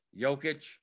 Jokic